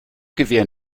gewehr